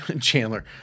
Chandler